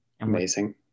amazing